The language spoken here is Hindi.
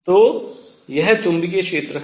तो यह चुंबकीय क्षेत्र है